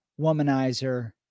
womanizer